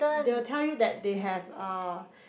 they will tell you that they have uh